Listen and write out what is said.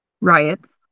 riots